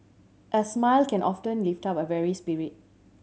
a smile can often lift up a weary spirit